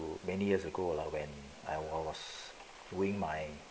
many years ago lah when I was doing my